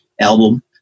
album